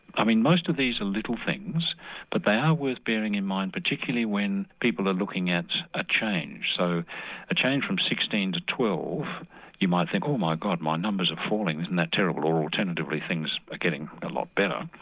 i mean most of these are little things but they are worth bearing in mind particularly when people are looking at a change. so a change from sixteen to twelve you might think oh my god, my numbers are falling, isn't that terrible or alternatively things are getting a lot better,